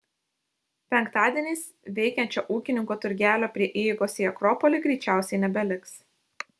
penktadieniais veikiančio ūkininkų turgelio prie įeigos į akropolį greičiausiai nebeliks